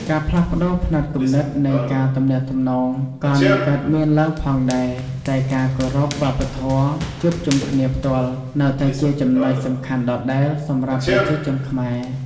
ការផ្លាស់ប្ដូរផ្នត់គំនិតនៃការទំនាក់ទំនងក៏នឹងកើតមានឡើងផងដែរ តែការគោរពវប្បធម៌ជួបជុំគ្នាផ្ទាល់នៅតែជាចំណុចសំខាន់ដដែលសម្រាប់ប្រជាជនខ្មែរ។